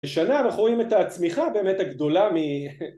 בשנה אנחנו רואים את הצמיחה באמת הגדולה מ..